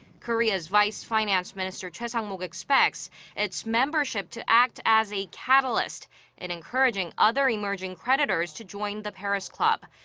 korea's vice finance minister choi sang-mok expects its membership to act as a catalyst in encouraging other emerging creditors to join the paris club.